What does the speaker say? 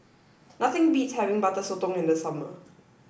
nothing beats having butter Sotong in the summer